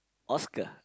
Oscar